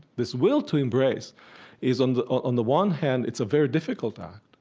this will to embrace is, and on the one hand, it's a very difficult act,